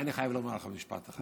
אני חייב לומר לך משפט אחד.